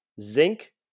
zinc